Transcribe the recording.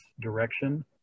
direction